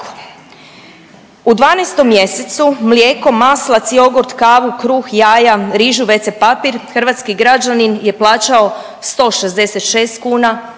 U 12 mjesecu mlijeko, maslac, jogurt, kavu, kruh, jaja, rižu, wc papir hrvatski građanin je plaćao 166 kuna